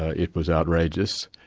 ah it was outrageous.